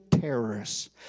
terrorists